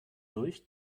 durch